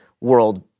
world